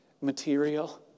material